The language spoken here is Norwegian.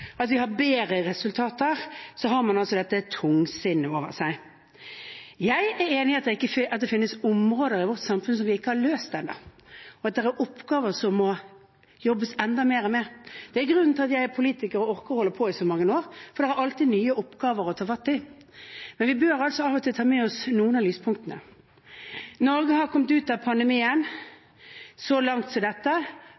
at vi har bedre resultater, har man dette tungsinnet over seg. Jeg er enig i at det finnes områder i vårt samfunn som vi ikke har løst ennå, og at det er oppgaver som det må jobbes enda mer med. Det er grunnen til at jeg er politiker og har orket å holde på i så mange år, for det er alltid nye oppgaver å ta fatt i. Men vi bør av og til ta med oss noen av lyspunktene. Norge har kommet ut av